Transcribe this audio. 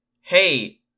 hey